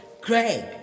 Greg